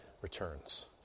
returns